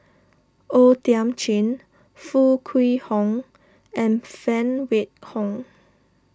O Thiam Chin Foo Kwee Horng and Phan Wait Hong